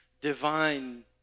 divine